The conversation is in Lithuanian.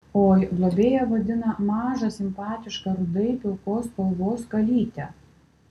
oi globėja vadina mažą simpatišką rudai pilkos spalvos kalytę